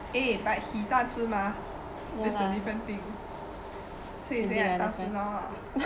eh but he 大只 mah that is the different thing so you saying I 大只 now ah